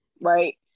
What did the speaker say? right